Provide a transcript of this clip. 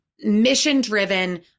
mission-driven